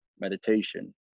meditation